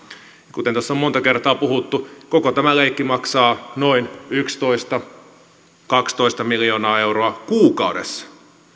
kuten tuossa on monta kertaa puhuttu koko tämä leikki maksaa noin yksitoista viiva kaksitoista miljoonaa euroa kuukaudessa